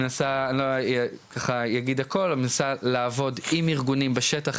מנסה לעבוד עם ארגונים בשטח,